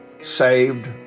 saved